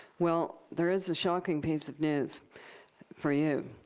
well, there is a shocking piece of news for you.